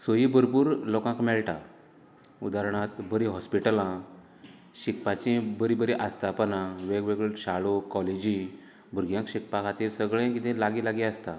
सोयी भरपूर लोकांक मेळटा उदारणांत बरी हॉस्पिटलां शिकपाची बरी बरी आस्थापनां वेगवेगळ्यो शाळो कॉलेजी भुरग्यांक शिकपा खातीर सगळें कितें लागीं लागीं आसता